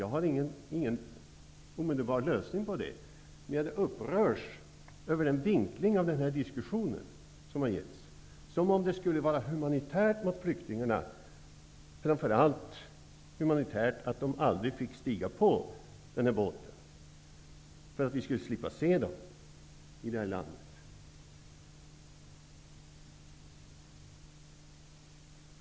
Jag har ingen omedelbar lösning, men jag upprörs över vinklingen av diskussionen. Det är som om det skulle varit humanitärt mot flyktingarna att de aldrig fått stiga på den där båten -- så att vi hade sluppit se dem här i landet.